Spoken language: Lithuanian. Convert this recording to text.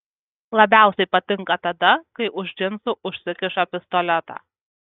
labiausiai patinka tada kai už džinsų užsikiša pistoletą